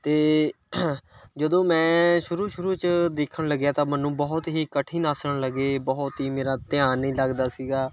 ਤੇ ਜਦੋਂ ਮੈਂ ਸ਼ੁਰੂ ਸ਼ੁਰੂ ਚ ਦੇਖਣ ਲੱਗਿਆ ਤਾਂ ਮੈਨੂੰ ਬਹੁਤ ਹੀ ਕਠਿਨ ਆਸਨ ਲੱਗੇ ਬਹੁਤ ਹੀ ਮੇਰਾ ਧਿਆਨ ਨਹੀਂ ਲੱਗਦਾ ਸੀਗਾ